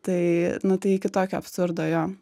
tai nu tai iki tokio absurdo jo